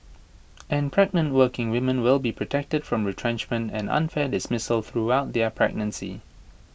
and pregnant working women will be protected from retrenchment and unfair dismissal throughout their pregnancy